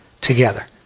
together